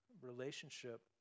relationship